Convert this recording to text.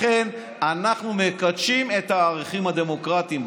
לכן אנחנו מקדשים את הערכים הדמוקרטיים,